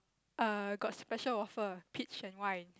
err got special offer peach and wine